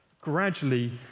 gradually